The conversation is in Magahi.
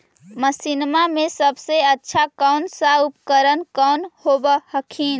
मसिनमा मे सबसे अच्छा कौन सा उपकरण कौन होब हखिन?